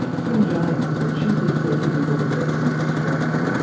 tim james is the chief executive of medicines australia,